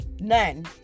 None